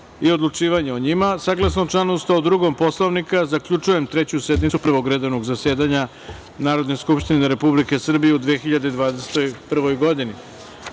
i odlučivanje o njima, saglasno članu 102. Poslovnika zaključujem Treću sednicu Prvog redovnog zasedanja Narodne skupštine Republike Srbije u 2021. godini. Takođe,